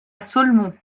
ceaulmont